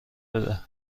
بده